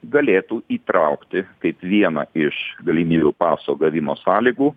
galėtų įtraukti kaip vieną iš galimybių paso gavimo sąlygų